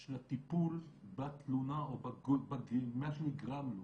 של הטיפול בתלונה או במה שנגרם לו,